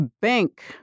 bank